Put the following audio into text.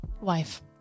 Wife